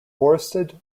forested